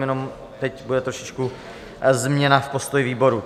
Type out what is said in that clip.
Jenom teď bude trošičku změna v postoji výboru.